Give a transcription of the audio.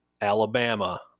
Alabama